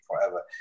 forever